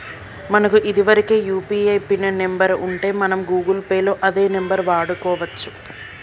మనకు ఇదివరకే UPI pin number ఉంటే మనం గూగుల్ పే లో అదే నెంబర్ వాడుకోవచ్చు